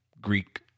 Greek